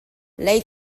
lei